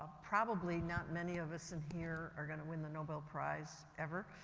probably not many of us in here are going to win the nobel prize, ever,